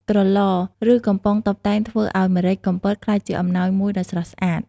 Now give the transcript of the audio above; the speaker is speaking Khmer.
ក្រឡ ឬកំប៉ុងតុបតែងធ្វើឱ្យម្រេចកំពតក្លាយជាអំណោយមួយដ៏ស្រស់ស្អាត។